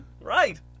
Right